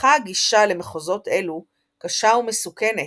הפכה הגישה למחוזות אלו קשה ומסוכנת,